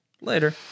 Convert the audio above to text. Later